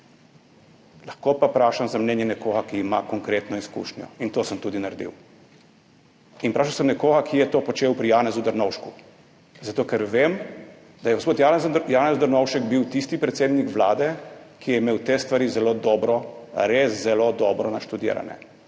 Lahko pa vprašam za mnenje nekoga, ki ima konkretno izkušnjo, in to sem tudi naredil. In vprašal sem nekoga, ki je to počel pri Janezu Drnovšku, zato ker vem, da je gospod Janez Drnovšek bil tisti predsednik Vlade, ki je imel te stvari zelo dobro, res zelo dobro naštudirane,